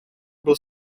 byl